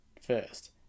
first